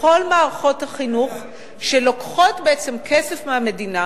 בכל מערכות החינוך שלוקחות בעצם כסף מהמדינה,